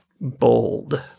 bold